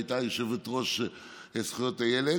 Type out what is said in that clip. שהייתה יושבת-ראש הוועדה לזכויות הילד,